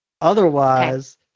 Otherwise